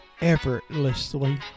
effortlessly